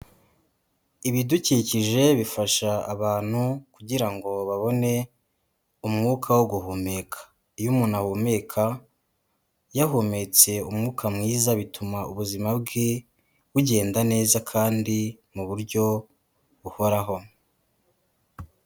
Ibidukikije bifasha abantu kugira ngo babone umwuka wo guhumeka, iyo umuntu ahumeka yahumetse umwuka mwiza bituma ubuzima bwe bugenda neza kandi mu buryo buhoraho.